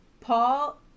Paul